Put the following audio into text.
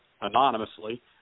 anonymously